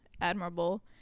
admirable